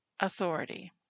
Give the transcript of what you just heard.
Authority